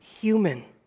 human